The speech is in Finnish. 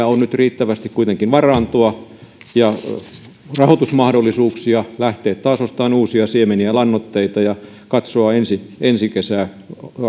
on nyt riittävästi kuitenkin varantoa ja rahoitusmahdollisuuksia lähteä taas ostamaan uusia siemeniä ja lannoitteita ja katsoa ensi ensi kesää